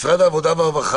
משרד העבודה והרווחה,